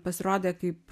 pasirodė kaip